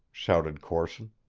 shouted corson.